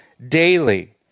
Daily